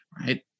right